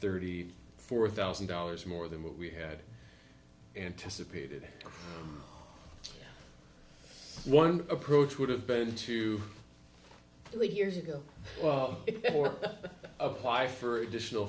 thirty four thousand dollars more than what we had anticipated one approach would have been two years ago or apply for additional